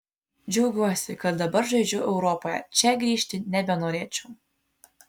džiaugiuosi kad dabar žaidžiu europoje čia grįžti nebenorėčiau